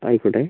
ആയിക്കോട്ടെ